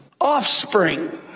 offspring